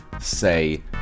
say